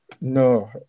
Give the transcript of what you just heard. No